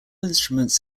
instruments